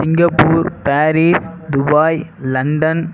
Singapore Paris Dubai London